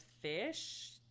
fish